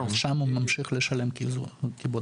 שם הוא ממשיך לשלם כבודד.